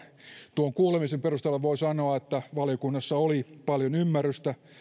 tuon kuulemisen perusteella voi sanoa että valiokunnassa oli paljon ymmärrystä